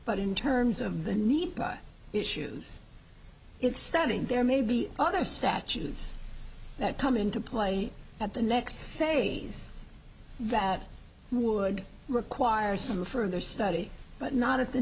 but in terms of the need issues it's stunning there may be other statutes that come into play at the next phase that would require some further study but not of the